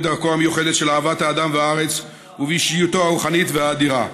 בדרכו המיוחדת של אהבת האדם והארץ ובאישיותו הרוחנית האדירה.